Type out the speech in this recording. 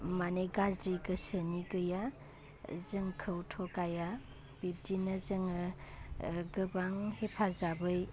मानि गाज्रि गोसोनि गैया जोंखौ थगाया बिब्दिनो जोङो गोबां हेफाजाबै